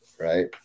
Right